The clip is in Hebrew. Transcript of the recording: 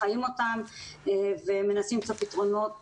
חיים אותם ומנסים למצוא פתרונות